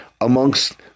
amongst